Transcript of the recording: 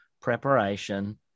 preparation